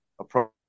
approach